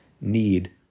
need